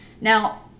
Now